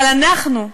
אבל אנחנו,